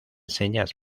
señas